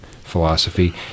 philosophy